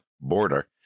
border